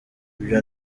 ibyo